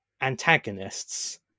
antagonists